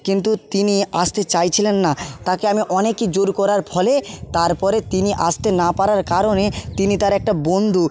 কিন্তু তিনি আসতে চাইছিলেন না তাকে আমি অনেকই জোর করার ফলে তার পরে তিনি আসতে না পারার কারণে তিনি তার একটা বন্ধু